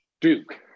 Duke